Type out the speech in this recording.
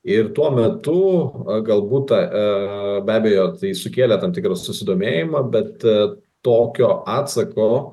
ir tuo metu pagal butą be abejo tai sukėlė tam tikrą susidomėjimą bet tokio atsako